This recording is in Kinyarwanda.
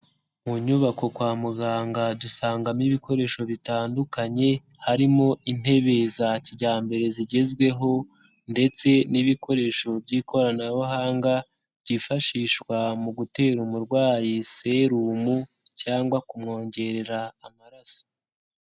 Mu nyubako kwa muganga dusangamo ibikoresho bitandukanye, harimo intebe za kijyambere zigezweho ndetse n'ibikoresho by'ikoranabuhanga byifashishwa, mu gutera umurwayi serumu cyangwa kumwongerera amaraso.